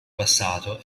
passato